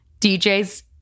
DJ's